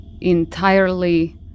entirely